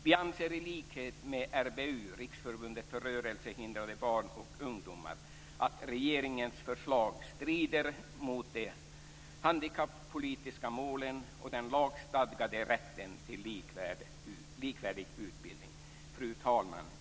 Vi anser i likhet med RBU - Riksförbundet för rörelsehindrade barn och ungdomar - att regeringens förslag strider mot de handkappolitiska målen och den lagstadgade rätten till likvärdig utbildning. Fru talman!